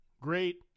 great